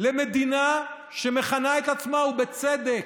למדינה שמכנה את עצמה, ובצדק,